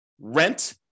rent